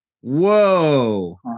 Whoa